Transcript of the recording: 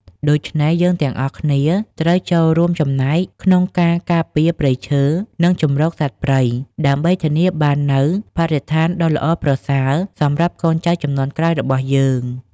ដូច្នេះ យើងទាំងអស់គ្នាត្រូវចូលរួមចំណែកក្នុងការការពារព្រៃឈើ និងជម្រកសត្វព្រៃ ដើម្បីធានាបាននូវបរិស្ថានដ៏ល្អប្រសើរសម្រាប់កូនចៅជំនាន់ក្រោយរបស់យើង។